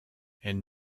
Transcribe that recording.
and